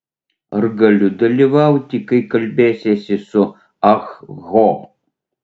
ar galiu dalyvauti kai kalbėsiesi su ah ho